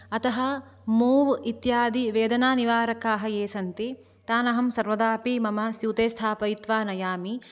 अतः मूव् इत्यादि वेदनानिवारकाः ये सन्ति तान् अहं सर्वदा अपि मम स्यूते स्थापयित्वा नयामि